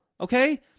Okay